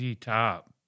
Top